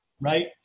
right